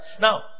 Now